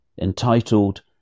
entitled